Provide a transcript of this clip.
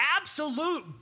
absolute